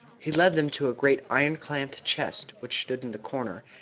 he led him to a great iron-clamped chest which stood in the corner,